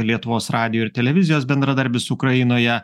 lietuvos radijo ir televizijos bendradarbis ukrainoje